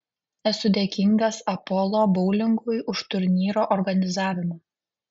esu dėkingas apollo boulingui už turnyro organizavimą